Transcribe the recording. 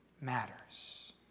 matters